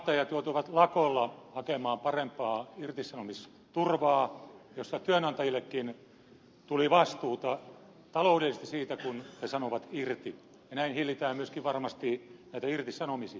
ahtaajat joutuivat lakolla hakemaan parempaa irtisanomisturvaa jossa työnantajillekin tuli vastuuta taloudellisesti siitä kun he sanovat irti ja näin hillitään myöskin varmasti näitä irtisanomisia